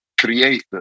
create